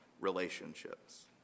relationships